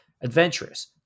adventurous